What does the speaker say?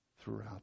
throughout